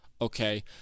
okay